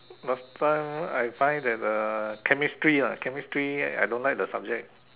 last time I find that uh Chemistry lah Chemistry I don't like the subject